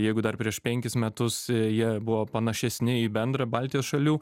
jeigu dar prieš penkis metus jie buvo panašesni į bendrą baltijos šalių